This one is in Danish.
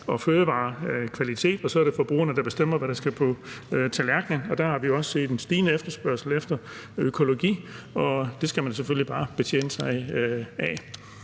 og fødevarekvalitet. Så er det forbrugerne, der bestemmer, hvad der skal på tallerkenen, og der har vi også set en stigende efterspørgsel efter økologi, og det skal man selvfølgelig bare betjene sig af.